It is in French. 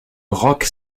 rock